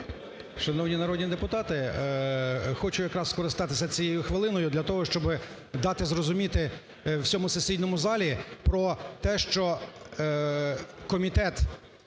Шановні народні депутати! Хочу якраз скористатися цією хвилиною, щоб дати зрозуміти всьому сесійному залу про те, що комітет